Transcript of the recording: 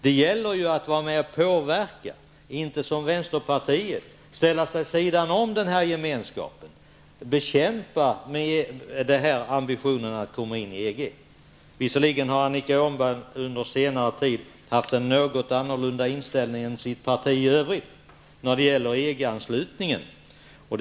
Det gäller ju att vara med och påverka och inte som vänsterpartiet ställa sig vid sidan av denna gemenskap och bekämpa ambitionen att komma in i EG. Annika Åhnberg har under senare tid haft en något annorlunda inställning till EG-anslutningen än sitt parti i övrigt.